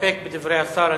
מסתפק בתשובת השר.